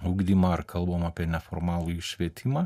ugdymą ar kalbam apie neformalųjį švietimą